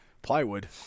Plywood